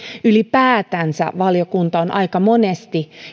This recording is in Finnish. ylipäätänsä valiokunta on aika monesti